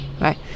right